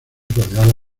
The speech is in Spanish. rodeada